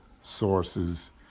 sources